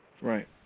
Right